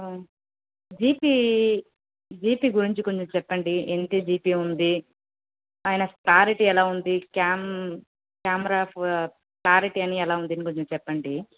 GB GB గురించి కొంచెం చెప్పండి ఎంత జిబి ఉంది అయినా క్లారిటీ ఎలా ఉంది క్యామ్ కెమెరా క్లారిటీ అని ఎలా ఉంది అని కొంచెం చెప్పండి